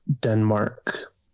Denmark